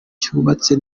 cyubatse